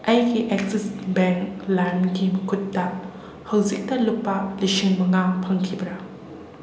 ꯑꯩꯒꯤ Axis bank ꯂꯥꯏꯝꯒꯤ ꯈꯨꯠꯇ ꯍꯧꯖꯤꯛꯇ ꯂꯨꯄꯥ ꯂꯤꯁꯤꯡ ꯃꯉꯥ ꯐꯪꯈꯤꯕ꯭ꯔꯥ